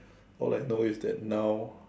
all I know is that now